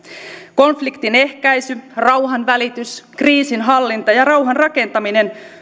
konfliktinehkäisy rauhanvälitys kriisinhallinta ja rauhanrakentaminen